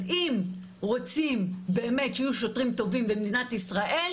אז אם רוצים באמת שיהיו שוטרים טובים במדינת ישראל,